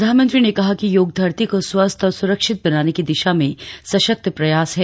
प्रधानमंत्री ने कहा कि योग धरती को स्वस्थ और सुरक्षित बनाने की दिशा में सशक्त प्रयास है